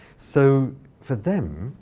so for them,